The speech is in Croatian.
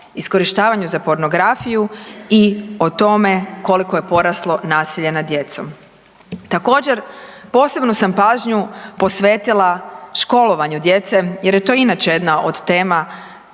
iskorištavana za pornografiju i o tome koliko je poraslo nasilje nad djecom. Također, posebnu sam pažnju posvetila školovanju djece jer je to inače jedna od tema